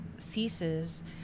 ceases